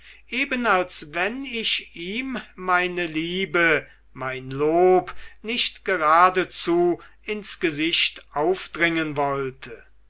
eben als wenn ich ihm meine liebe mein lob nicht geradezu ins gesicht aufdringen wollte